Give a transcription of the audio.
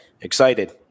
excited